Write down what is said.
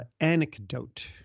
anecdote